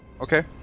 Okay